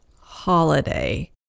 holiday